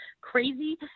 crazy